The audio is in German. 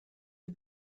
die